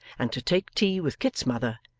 and to take tea with kit's mother,